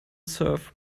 serve